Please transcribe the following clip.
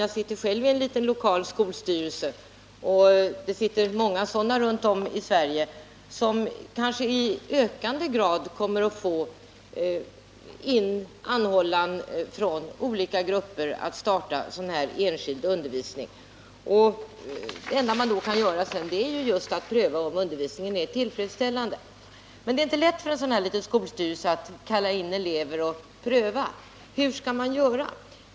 Jag sitter själv i en liten lokal skolstyrelse, och det finns många sådana runt om i Sverige som kanske i ökande grad kommer att få in anhållanden från olika grupper om att starta sådan här särskild undervisning. Och det enda man sedan kan göra är just att pröva om undervisningen är tillfredsställande. Men det är inte lätt för en sådan liten skolstyrelse att kalla in elever och pröva. Hur skall man göra?